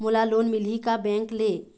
मोला लोन मिलही का बैंक ले?